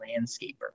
landscaper